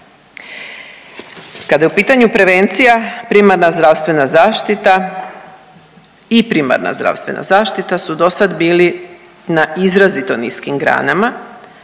Kada je u pitanju prevencija, primarna zdravstvena zaštita i primarna zdravstvena zaštita su dosad bili na izrazito niskim granama,